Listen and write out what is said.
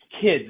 kids